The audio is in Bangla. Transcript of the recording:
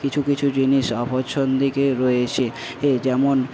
কিছু কিছু জিনিস অপছন্দিকে রয়েছে এ যেমন